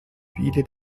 viele